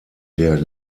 der